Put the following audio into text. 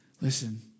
Listen